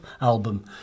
album